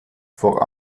vor